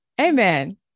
Amen